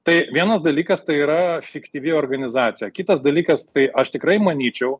tai vienas dalykas tai yra fiktyvi organizacija kitas dalykas tai aš tikrai manyčiau